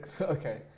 Okay